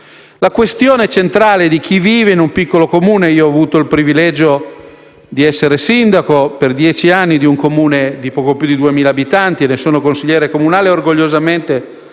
La questione centrale di chi vive in un piccolo Comune (io ho avuto il privilegio di essere sindaco per dieci anni di un Comune di poco più di 2.000 abitanti e ne sono orgogliosamente